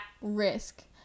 risk